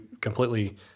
completely